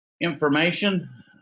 information